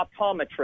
optometrist